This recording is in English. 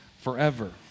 forever